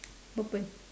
purple